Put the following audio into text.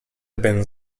ben